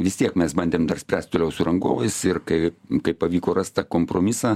vis tiek mes bandėm dar spręst toliau su rangovais ir kai kai pavyko rast tą kompromisą